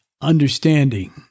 Understanding